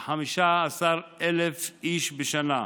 ל-15,000 איש בשנה.